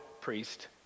priest